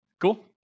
Cool